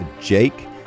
Jake